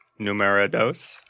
Numerados